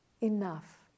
enough